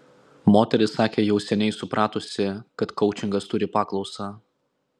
moteris sakė jau seniai supratusi kad koučingas turi paklausą